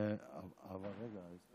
אדוני היושב-ראש?